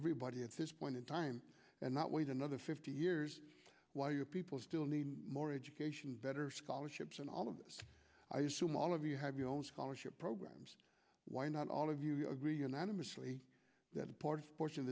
everybody at this point in time and not wait another fifty years while you people still need more education better scholarships and all of this i assume all of you have your own scholarship programs why not all of you agree unanimously that port